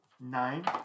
Nine